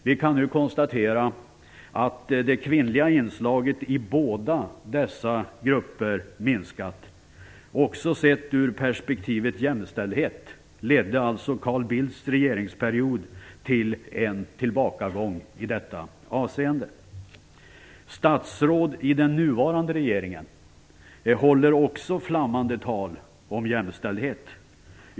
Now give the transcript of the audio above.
Vi kan nu konstatera att det kvinnliga inslaget i båda dessa grupper minskat. Också sett ur perspektivet jämställdhet ledde alltså Carl Bildts regeringsperiod till en tillbakagång i detta avseende. Statsråd i den nuvarande regeringen håller också flammande tal om jämställdhet.